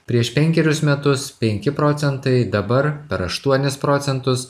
prieš penkerius metus penki procentai dabar per aštuonis procentus